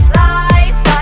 life